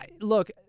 look